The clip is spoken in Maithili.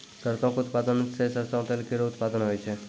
सरसों क उत्पादन सें सरसों तेल केरो उत्पादन होय छै